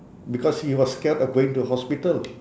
because he was scared of going to hospital